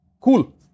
Cool